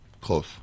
Close